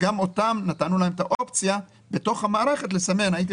גם להן נתנו את האופציה בתוך המערכת לסמן שהייתה